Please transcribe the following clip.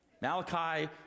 Malachi